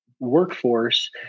workforce